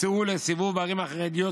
וצאו לסיבוב בערים החרדיות,